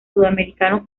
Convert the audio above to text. sudamericanos